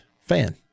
fan